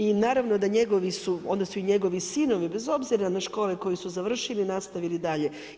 I naravno da njegovi su, onda su i njegovi sinovi bez obzira na škole koje su završili nastavili dalje.